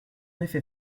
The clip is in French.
effet